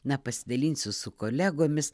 na pasidalinsiu su kolegomis